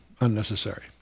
unnecessary